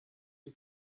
the